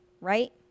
right